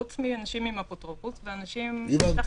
חוץ מאנשים עם אפוטרופוס ואנשים מתחת